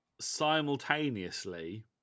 Simultaneously